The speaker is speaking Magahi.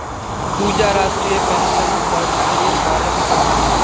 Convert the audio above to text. पूजा राष्ट्रीय पेंशन पर्नालिर बारे पढ़ोह